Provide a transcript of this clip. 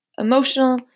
emotional